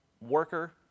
worker